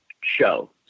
show